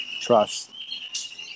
trust